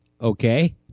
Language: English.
Okay